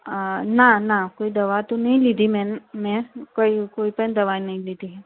અ ના ના કોઈ દવા તો નથી લીધી મેં મેં કો કોઈ પણ દવા નથી લીધી હ